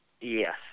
Yes